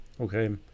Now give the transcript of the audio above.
okay